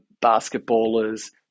basketballers